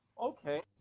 Okay